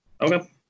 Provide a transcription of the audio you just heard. Okay